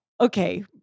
okay